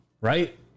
Right